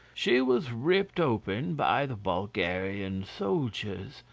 she was ripped open by the bulgarian soldiers,